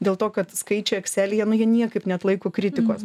dėl to kad skaičiai ekselyje nu jie niekaip neatlaiko kritikos